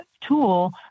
tool